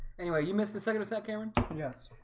anyway you missed the second attack cameron yes,